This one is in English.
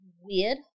weird